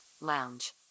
Lounge